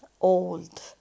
old